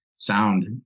sound